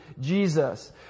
Jesus